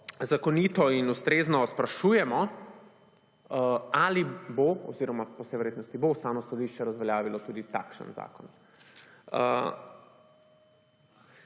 zakonito in ustrezno sprašujemo ali bo oziroma po vsej verjetnosti bo Ustavno sodišče razveljavilo tudi takšen zakon.